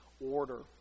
order